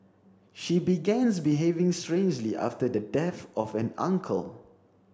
she begans behaving strangely after the death of an uncle